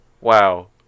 Wow